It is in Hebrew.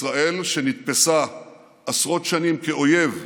ישראל, שנתפסה עשרות שנים כאויב,